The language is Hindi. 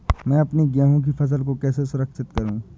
मैं अपनी गेहूँ की फसल को कैसे सुरक्षित करूँ?